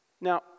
now